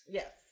yes